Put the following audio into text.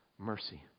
mercy